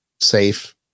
safe